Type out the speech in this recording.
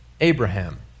Abraham